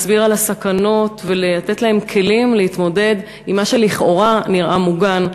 להסביר על הסכנות ולתת להם כלים להתמודד עם מה שלכאורה נראה מוגן,